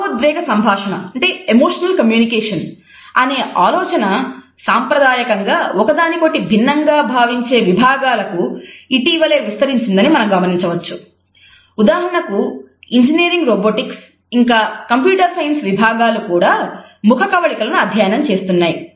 భావోద్వేగ సంభాషణ విభాగాలు కూడా ముఖకవళికలను అధ్యయనం చేస్తున్నాయి